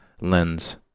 Lens